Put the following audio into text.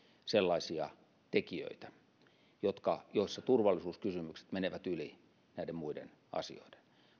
sellaisia tekijöitä joissa turvallisuuskysymykset menevät yli näiden muiden asioiden